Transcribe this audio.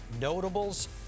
notables